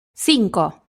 cinco